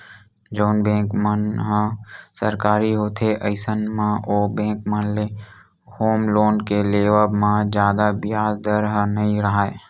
जउन बेंक मन ह सरकारी होथे अइसन म ओ बेंक मन ले होम लोन के लेवब म जादा बियाज दर ह नइ राहय